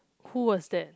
who was that